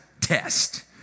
test